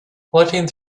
looking